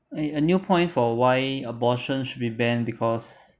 a a new point for why abortion should be banned because